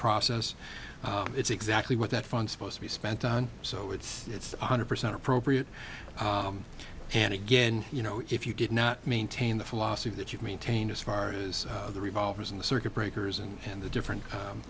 process it's exactly what that fund supposed to be spent on so it's it's one hundred percent appropriate and again you know if you did not maintain the philosophy that you maintain as far as the revolvers in the circuit breakers and and the different